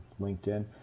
LinkedIn